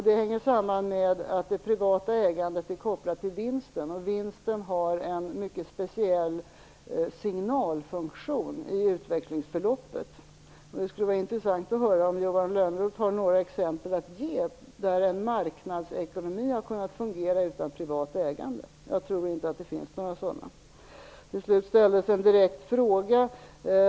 Det hänger samman med att det privata ägandet är kopplat till vinsten. Vinsten har en mycket speciell signalfunktion i utvecklingsförloppet. Det skulle vara intressant att höra om Johan Lönnroth kan ge några exempel på marknadsekonomier som har kunnat fungera utan privat ägande. Jag tror inte att det finns några sådana. Till slut ställdes en direkt fråga.